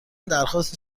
درخواست